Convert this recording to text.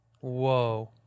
whoa